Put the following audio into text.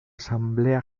asamblea